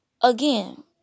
Again